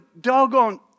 doggone